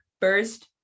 first